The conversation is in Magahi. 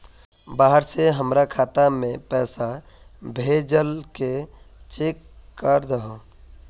बाहर से हमरा खाता में पैसा भेजलके चेक कर दहु?